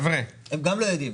הם גם לא יודעים.